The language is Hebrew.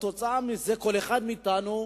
כתוצאה מזה כל אחד מאתנו,